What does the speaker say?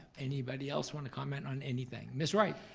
anybody else wanna comment on anything, ms. wright?